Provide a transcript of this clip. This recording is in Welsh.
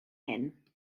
hyn